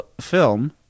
film